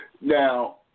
Now